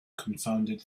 confounded